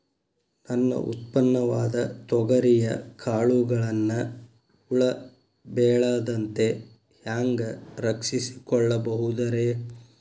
ನನ್ನ ಉತ್ಪನ್ನವಾದ ತೊಗರಿಯ ಕಾಳುಗಳನ್ನ ಹುಳ ಬೇಳದಂತೆ ಹ್ಯಾಂಗ ರಕ್ಷಿಸಿಕೊಳ್ಳಬಹುದರೇ?